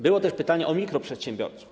Było też pytanie o mikroprzedsiębiorców.